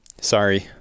sorry